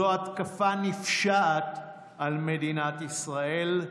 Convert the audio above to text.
זו התקפה נפשעת על מדינת ישראל,